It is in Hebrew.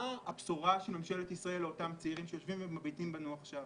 מה הבשורה של ממשלת ישראל לאותם צעירים שמביטים בנו עכשיו?